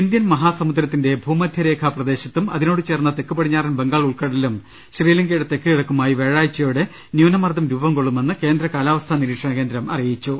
Indian മഹാസമുദ്രത്തിന്റെ ഭൂമദ്ധ്യരേഖാ പ്രദേശത്തും അതി നോട് ചേർന്ന തെക്കുപടിഞ്ഞാറൻ ബംഗാൾ ഉൾക്കടലിലും ശ്രീല ങ്കയുടെ തെക്കുകിഴക്കുമായി വ്യാഴാഴ്ചയോടെ ന്യൂനമർദ്ദം രൂപം കൊള്ളുമെന്ന് കേന്ദ്ര കാലാവസ്ഥാ നിരീക്ഷണ കേന്ദ്രം അറിയി ച്ചു